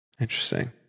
interesting